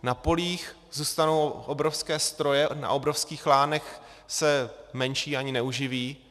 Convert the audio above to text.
Na polích zůstanou obrovské stroje, na obrovských lánech se menší ani neuživí.